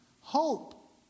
Hope